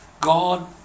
God